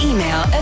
Email